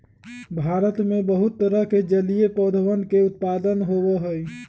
भारत में बहुत तरह के जलीय पौधवन के उत्पादन होबा हई